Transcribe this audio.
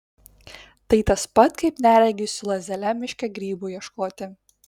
tai tas pat kaip neregiui su lazdele miške grybų ieškoti